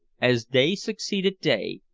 as day succeeded day,